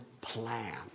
plan